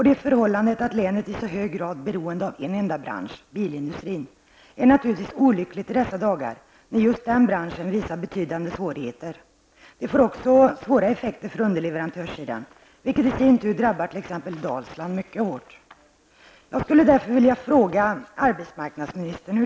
Det förhållandet att länet i så hög grad är beroende av en enda bransch, bilindustrin, är naturligtvis olyckligt i dessa dagar, när just den branschen uppvisar betydande svårigheter. Det får också svåra effekter för underleverantörerna, vilket i sin tur drabbar t.ex. Dalsland mycket hårt.